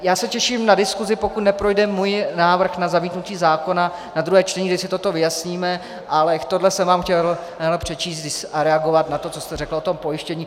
Já se těším na diskusi, pokud neprojde můj návrh na zamítnutí zákona, na druhé čtení, kde si toto vyjasníme, ale tohle jsem vám chtěl přečíst a reagovat na to, co jste řekl o pojištění.